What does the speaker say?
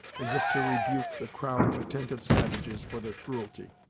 as if to rebuke the crowd of attentive savages for their cruelty.